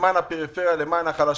למען הפריפריה, למען החלשים.